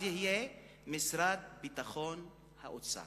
אז יהיה משרד ביטחון האוצר.